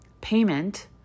Payment